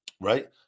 right